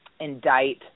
indict